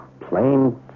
Plain